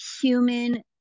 human